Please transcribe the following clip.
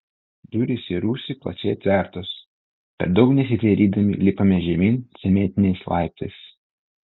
durys į rūsį plačiai atvertos per daug nesidairydami lipame žemyn cementiniais laiptais